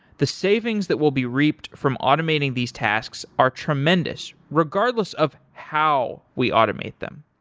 the savings that will be reaped from automating these tasks are tremendous regardless of how we automate them.